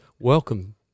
Welcome